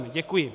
Děkuji.